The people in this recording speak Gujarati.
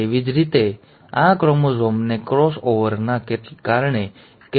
તેવી જ રીતે આ ક્રોમોઝોમને ક્રોસ ઓવરના કારણે કેટલીક માહિતી મળી છે